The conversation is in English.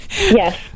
Yes